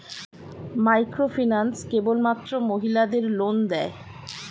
Microfinance কেবলমাত্র মহিলাদের loan দেয়?